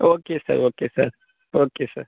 okay sir okay sir okay sir